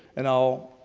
and all,